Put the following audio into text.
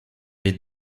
les